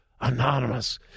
anonymous